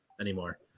anymore